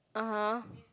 (uh huh)